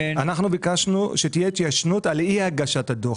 אנחנו ביקשנו שתהיה התיישנות על אי הגשת הדוח,